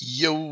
yo